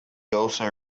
also